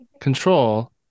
control